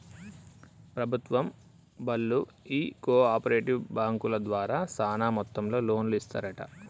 ప్రభుత్వం బళ్ళు ఈ కో ఆపరేటివ్ బాంకుల ద్వారా సాన మొత్తంలో లోన్లు ఇస్తరంట